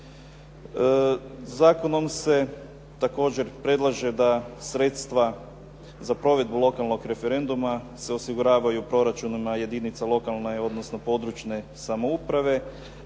Zakonom se također predlaže da sredstva za provedbu lokalnog referenduma se osiguravaju proračunima jedinica lokalne odnosno područne samouprave